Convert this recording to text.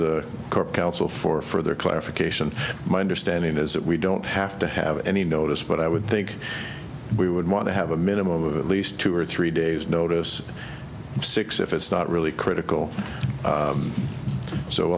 core council for further clarification my understanding is that we don't have to have any notice but i would think we would want to have a minimum of at least two or three days notice of six if it's not really critical